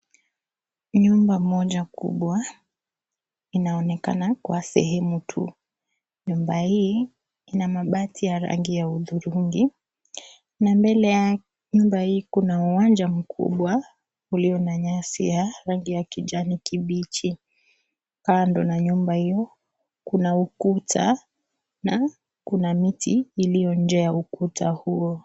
Nyumba moja kubwa inaonekana kwa sehemu tu, nyumba hii ina mabati ya rangi udhurungi na mbele ya nyumba hii kuna uwanja mkubwa ulio na nyasi ya rangi ya kijani kibichi, kando na nyumba hiyo kuna ukuta na kuna miti iliyo nje ya ukuta huo.